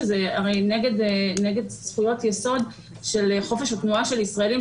שזה הרי נגד זכויות יסוד של חופש התנועה של ישראלים,